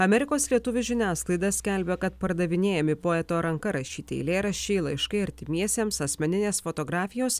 amerikos lietuvių žiniasklaida skelbė kad pardavinėjami poeto ranka rašyti eilėraščiai laiškai artimiesiems asmeninės fotografijos